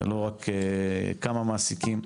לא רק כמה מעסיקים,